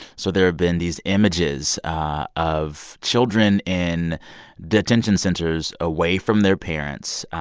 so there have been these images of children in detention centers away from their parents.